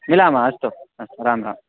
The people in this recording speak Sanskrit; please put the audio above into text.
मिलामः अस्तु अस्तु राम राम